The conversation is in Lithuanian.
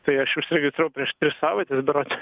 tai aš užsiregistravau prieš tris savaites berods